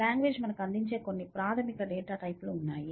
language మనకు అందించే కొన్ని ప్రాథమిక డేటా రకాలు ఉన్నాయి